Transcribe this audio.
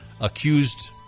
accused